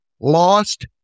lost